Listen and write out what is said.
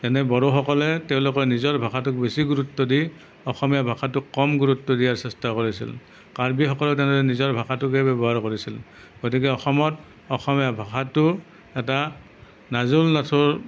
যেনে বড়োসকলৱ তেওঁলোকৰ নিজৰ ভাষাটোক বেছি গুৰুত্ব দি অসমীয়া ভাষাটোক কম গুৰুত্ব দিয়াৰ চেষ্টা কৰিছিল কাৰ্বিসকলে তেনেদৰে নিজৰ ভাষাটোকহে ব্যৱহাৰ কৰিছিল গতিকে অসমত অসমীয়া ভাষাটো এটা নাজল নাথল